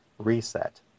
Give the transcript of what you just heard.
Reset